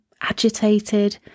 agitated